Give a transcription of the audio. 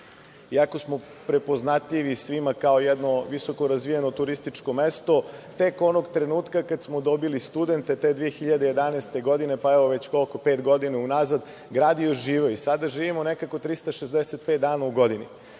Iako smo prepoznatljivi svima kao jedno visoko razvijeno turističko mesto, tek onog trenutka kada smo dobili studente, te 2011. godine, pa evo već pet godina unazad, grad je oživeo. Sada živimo nekako 365 dana u godini.Zašto